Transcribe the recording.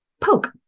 poke